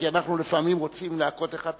כי אנחנו לפעמים רוצים להכות אחד את